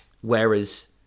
whereas